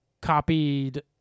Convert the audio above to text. copied